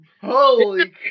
Holy